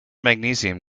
magnesium